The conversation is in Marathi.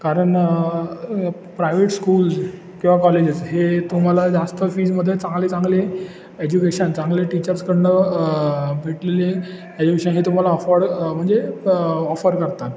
कारण प्रायवेट स्कूल्स किंवा कॉलेजेस हे तुम्हाला जास्त फीजमध्ये चांगले चांगले एज्युकेशन चांगले टीचर्सकडनं भेटलेले एज्युकेशन हे तुम्हाला अफोर्ड म्हणजे ऑफर करतात